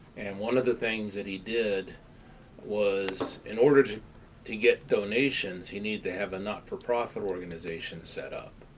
and one of the things that he did was in order to get donations he needed to have a not-for-profit organization set up.